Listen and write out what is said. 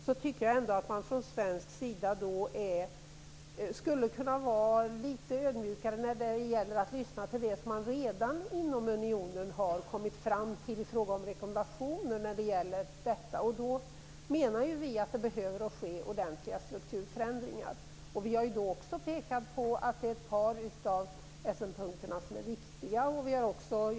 Jag tycker att vi från svensk sida skulle kunna vara litet ödmjukare när det gäller att lyssna till det man redan inom unionen har kommit fram till i form av rekommendationer. Då menar vi att det behöver ske ordentliga strukturförändringar. Vi har pekat på ett par av Essenpunkterna som vi tycker är viktiga.